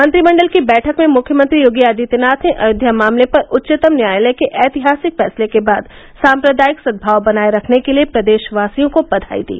मंत्रिमंडल की बैठक में मुख्यमंत्री योगी आदित्यनाथ ने अयोध्या मामले पर उच्चतम न्यायालय के ऐतिहासिक फैसले के बाद सांप्रदायिक सद्भाव बनाये रखने के लिये प्रदेशवासियों को बधाई दी